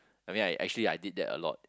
I mean I actually I did that a lot